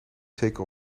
zeker